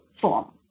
form